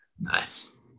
nice